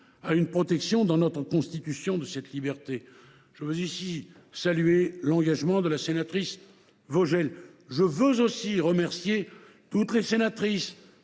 à une protection dans notre Constitution de cette liberté, et je veux saluer ici l’engagement de la sénatrice Vogel. Je veux aussi remercier toutes les sénatrices